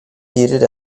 seated